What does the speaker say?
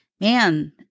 Man